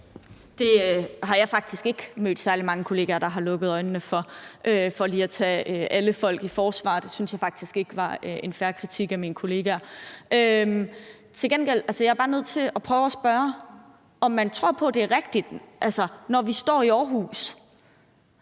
Det har jeg faktisk ikke mødt særlig mange kollegaer der har lukket øjnene for, for lige at tage alle folk i forsvar. Det synes jeg faktisk ikke var en fair kritik af min kollegaer. Jeg er bare nødt til at prøve at spørge, om Danmarksdemokraterne tror på, at det er den rigtige måde, når man i Aarhus